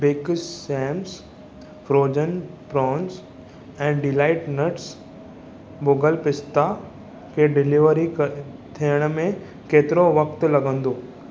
big Sam's frozen prawns ऐं Delight Nuts भुॻलु पिस्ता खे डिलीवरी थियण में केतिरो वक़्तु लॻंदो